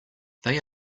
they